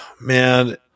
man